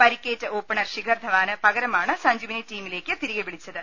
പരിക്കേറ്റ ഓപ്പണർ ശിഖർ ധവാന് പകര മാണ് സഞ്ജുവിനെ ടീമിലേക്ക് തിരികെ വിളിച്ചത്